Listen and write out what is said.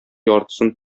яртысын